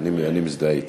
אני מזדהה אתו.